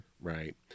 Right